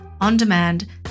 on-demand